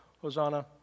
Hosanna